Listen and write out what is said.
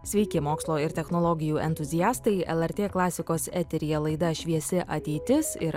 sveiki mokslo ir technologijų entuziastai lrt klasikos eteryje laida šviesi ateitis ir